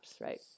right